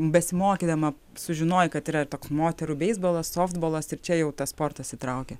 besimokydama sužinojai kad yra ir toks moterų beisbolas softbolas ir čia jau tas sportas įtraukė